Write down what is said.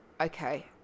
Okay